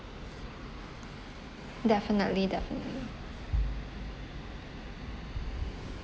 definitely definitely